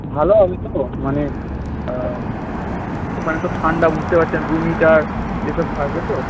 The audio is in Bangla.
ভালো হবে তো মানে ওখানে তো ঠান্ডা বুঝতে পাচ্ছেন রুম হিটার এসব থাকবে তো